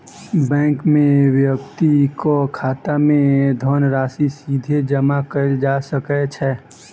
bank मे व्यक्तिक खाता मे धनराशि सीधे जमा कयल जा सकै छै